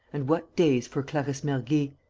and what days for clarisse mergy!